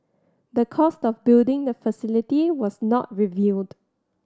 the cost of building the facility was not revealed